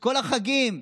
כל החגים.